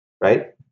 right